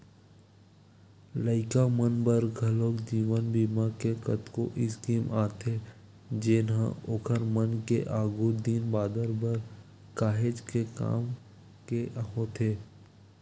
लइका मन बर घलोक जीवन बीमा के कतको स्कीम आथे जेनहा ओखर मन के आघु दिन बादर बर काहेच के काम के होथे